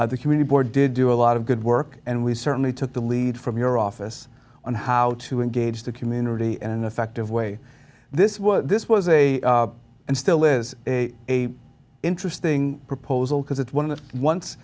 the community board did do a lot of good work and we certainly took the lead from your office on how to engage the community and an effective way this was this was a and still is a a interesting proposal because it's one of the once